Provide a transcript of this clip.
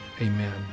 Amen